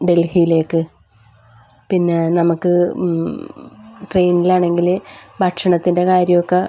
ഡെൽഹീലേക്ക് പിന്നെ നമുക്ക് ട്രെയിൻലാണെങ്കിൽ ഭക്ഷണത്തിൻ്റെ കാര്യം ഒക്കെ